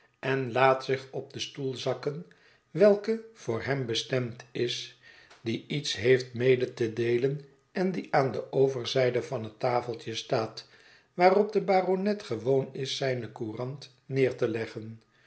en laat zich op den stoel zakken welke voor hem bestemd is die iets heeft mede te deelen en die aan de overzijde van het tafeltje staat waarop de baronet gewoon is zijne courant neer te leggen